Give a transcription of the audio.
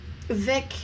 Vic